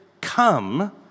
come